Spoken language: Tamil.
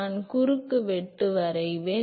நான் குறுக்குவெட்டு வரைவேன்